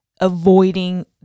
avoiding